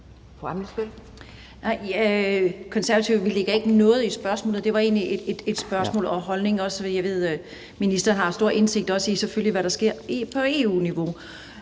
(KF): Konservative lægger ikke noget i spørgsmålet. Det var egentlig et spørgsmål om holdning. Jeg ved, at ministeren selvfølgelig også har stor indsigt i, hvad der sker på EU-niveau.